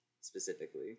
specifically